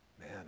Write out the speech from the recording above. Man